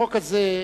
החוק הזה מתבטל,